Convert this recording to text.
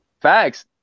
Facts